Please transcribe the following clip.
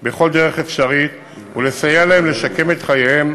בכל דרך אפשרית ולסייע להם לשקם את חייהם,